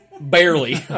Barely